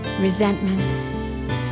resentments